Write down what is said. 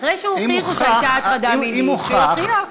אחרי שמוכיחים שהייתה הטרדה מינית, שיוכיח.